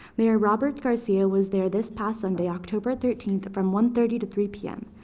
mayor robert garcia was there this past sunday, october thirteenth, from one thirty to three p m.